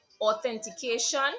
authentication